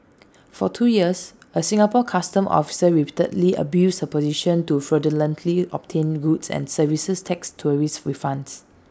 for two years A Singapore Customs officer repeatedly abused her position to fraudulently obtain rules and services tax tourist refunds